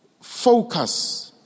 Focus